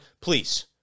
please